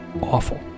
Awful